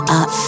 up